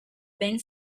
ben